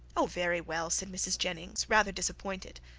oh! very well, said mrs. jennings rather disappointed.